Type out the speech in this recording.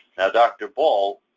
dr. ball,